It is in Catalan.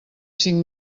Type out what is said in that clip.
cinc